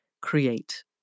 create